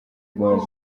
rwanda